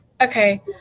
Okay